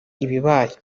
ibibaye